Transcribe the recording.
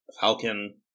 falcon